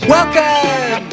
Welcome